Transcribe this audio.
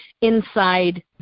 inside